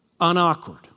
unawkward